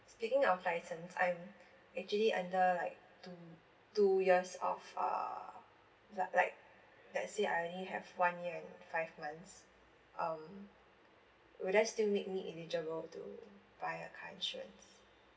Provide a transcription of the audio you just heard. speaking of license I'm actually under like two two years of uh la~ like let's say I only have one year and five months um will that still make me eligible to buy a car insurance